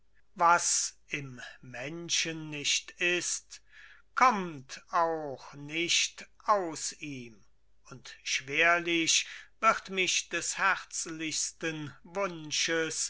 was im menschen nicht ist kommt auch nicht aus ihm und schwerlich wird mich des herzlichsten wunsches